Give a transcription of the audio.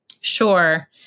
Sure